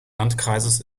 landkreises